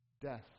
death